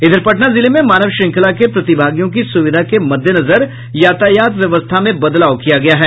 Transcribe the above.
इधर पटना जिले में मानव श्रृंखला के प्रतिभागियों की सुविधा के मद्देनजर यातायात व्यवस्था में बदलाव किया गया है